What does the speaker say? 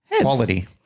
quality